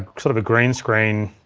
ah sort of a green screen